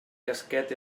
casquet